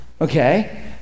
Okay